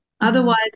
Otherwise